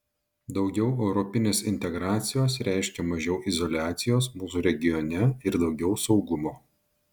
daugiau europinės integracijos reiškia mažiau izoliacijos mūsų regione ir daugiau saugumo